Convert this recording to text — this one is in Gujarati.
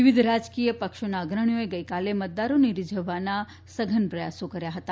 વિવિધ રાજકીય પક્ષોના અગ્રણીઓએ ગઇકાલે મતદારોને રીઝવવાના સઘન પ્રયાસો કર્યા હતા